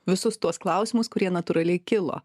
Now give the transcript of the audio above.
visus tuos klausimus kurie natūraliai kilo